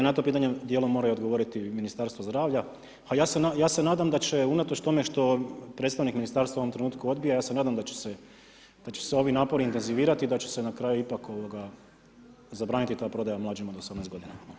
Na to pitanje dijelom mora odgovoriti i Ministarstvo zdravlja, a ja se nadam da će unatoč tome što predstavnik ministarstva u ovom trenutku odbija, ja se nadam da će se ovi napori intenzivirati i da će se na kraju ipak zabraniti ta prodaja mlađim od 18 godina.